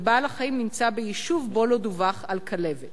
ובעל-החיים נמצא ביישוב שבו לא דווח על כלבת.